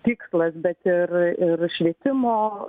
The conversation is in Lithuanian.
tikslas bet ir ir švietimo